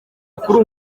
kuri